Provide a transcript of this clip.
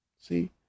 See